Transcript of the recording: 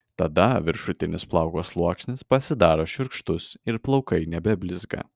tada viršutinis plauko sluoksnis pasidaro šiurkštus ir plaukai nebeblizga